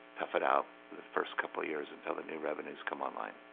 tough it out the first couple of years until the new revenues come online